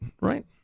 right